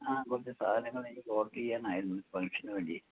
ആ കുറച്ച് സാധനങ്ങൾ എനിക്ക് ഓർഡർ ചെയ്യാൻ ആയിരുന്നു ഫങ്ക്ഷന് വേണ്ടിയെ